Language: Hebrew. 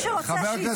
מי שרוצה,